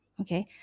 okay